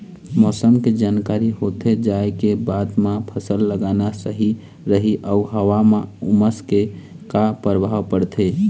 मौसम के जानकारी होथे जाए के बाद मा फसल लगाना सही रही अऊ हवा मा उमस के का परभाव पड़थे?